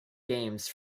games